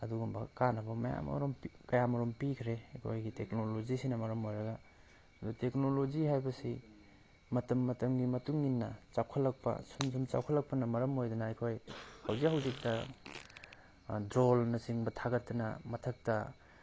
ꯑꯗꯨꯒꯨꯝꯕ ꯀꯥꯟꯅꯕ ꯀꯌꯥꯃꯔꯨꯝ ꯄꯤꯈ꯭ꯔꯦ ꯑꯩꯈꯣꯏꯒꯤ ꯇꯦꯛꯅꯣꯂꯣꯖꯤꯁꯤꯅ ꯃꯔꯝ ꯑꯣꯏꯔꯒ ꯑꯗꯣ ꯇꯦꯛꯅꯣꯂꯣꯖꯤ ꯍꯥꯏꯕꯁꯤ ꯃꯇꯝ ꯃꯇꯝꯒꯤ ꯃꯇꯨꯡ ꯏꯟꯅ ꯆꯥꯎꯈꯠꯂꯛꯄ ꯁꯨꯝ ꯁꯨꯝ ꯆꯥꯎꯈꯠꯂꯛꯄꯅ ꯃꯔꯝ ꯑꯣꯏꯔꯒ ꯑꯩꯈꯣꯏ ꯍꯧꯖꯤꯛ ꯍꯧꯖꯤꯛꯇ ꯗ꯭ꯔꯣꯟꯅ ꯆꯤꯡꯕ ꯊꯥꯒꯠꯇꯅ ꯃꯊꯛꯇ